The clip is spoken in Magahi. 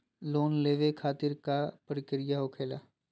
लोन लेवे खातिर का का प्रक्रिया होखेला?